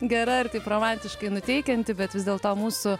gera ir taip romantiškai nuteikianti bet vis dėlto mūsų